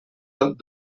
tot